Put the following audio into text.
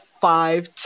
five